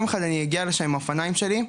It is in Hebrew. יום אחד אני אגיע לשם עם האופניים שלי,